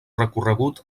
recorregut